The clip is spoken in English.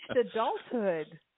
adulthood